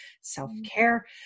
self-care